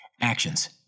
Actions